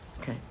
Okay